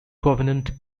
covenant